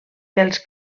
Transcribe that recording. pels